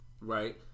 right